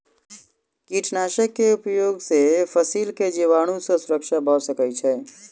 कीटनाशक के उपयोग से फसील के जीवाणु सॅ सुरक्षा भअ सकै छै